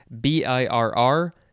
B-I-R-R